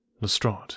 Lestrade